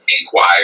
inquired